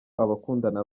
abakundana